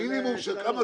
את לא מדברת עכשיו.